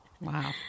Wow